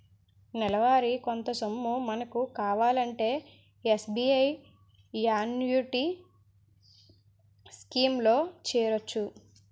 నెలవారీ కొంత సొమ్ము మనకు కావాలంటే ఎస్.బి.ఐ యాన్యుటీ స్కీం లో చేరొచ్చు